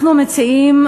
אנחנו מציעים,